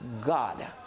God